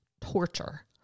torture